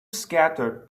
scattered